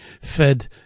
fed